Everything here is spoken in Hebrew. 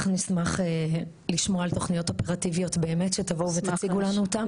אנחנו נשמח לשמוע על תוכניות אופרטיביות באמת שתבואו ותציגו לנו אותן.